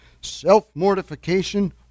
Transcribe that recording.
self-mortification